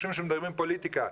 חושבים שמדברים פוליטיקה.